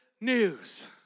news